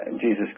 Jesus